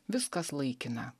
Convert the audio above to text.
viskas laikina